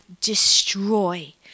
destroy